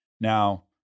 Now